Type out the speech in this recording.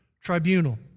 tribunal